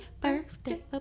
birthday